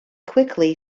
quickly